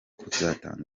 kuzatanga